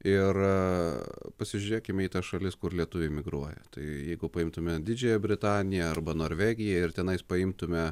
ir pasižiūrėkime į tas šalis kur lietuviai migruoja tai jeigu paimtume didžiąją britaniją arba norvegiją ir tenais paimtume